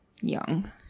Young